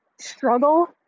struggle